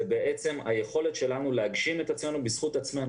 בעצם היכולת שלנו להגשים את עצמנו בזכות עצמנו,